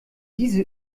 diese